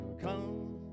come